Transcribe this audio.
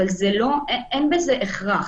אבל אין בזה הכרח.